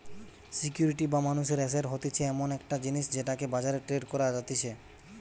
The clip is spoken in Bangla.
সিকিউরিটি বা মানুষের এসেট হতিছে এমন একটা জিনিস যেটাকে বাজারে ট্রেড করা যাতিছে